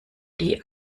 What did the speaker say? die